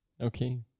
Okay